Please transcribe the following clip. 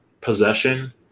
possession